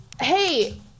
hey